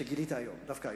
שגילית היום, דווקא היום.